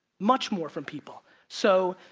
much more from people. so,